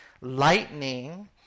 lightning